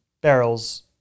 barrels